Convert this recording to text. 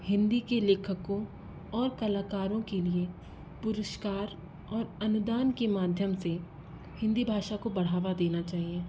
हिंदी के लेखक को और कलाकारों के लिए पुरुस्कार और अनुदान के माध्यम से हिंदी भाषा को बढ़ावा देना चाहिए